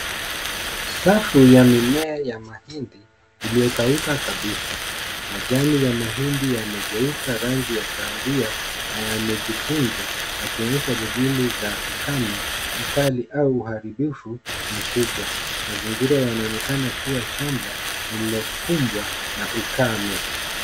Safu ya mimea ya mahindi iliyokauka kabisa. Majani ya mahindi yamegeuka rangi ya kahawia na yamejikunja yakionyesha dalili za ukame mkali au uharibifu mkubwa. Mazingira yanaonekana kuwa shamba lililokumbwa na ukame.